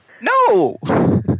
No